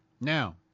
Now